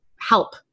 help